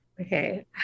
Okay